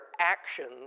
actions